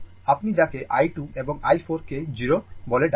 তো আপনি যাকে i 2 এবং i 4 কে 0 বলে ডাকেন